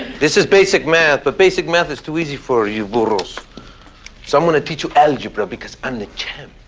this is basic math but basic math is too easy for you burros so i'm going to teach you algebra. because i'm the champ.